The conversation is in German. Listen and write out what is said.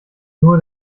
nur